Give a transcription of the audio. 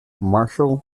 marshall